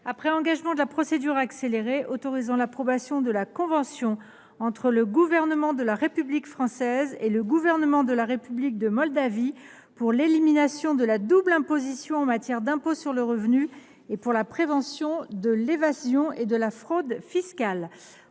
après engagement de la procédure accélérée, autorisant l’approbation de la convention entre le Gouvernement de la République française et le Gouvernement de la République de Moldavie pour l’élimination de la double imposition en matière d’impôts sur le revenu et pour la prévention de l’évasion et de la fraude fiscales